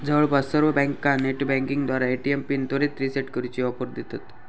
जवळपास सर्व बँका नेटबँकिंगद्वारा ए.टी.एम पिन त्वरित रीसेट करूची ऑफर देतत